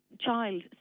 child